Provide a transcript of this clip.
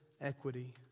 equity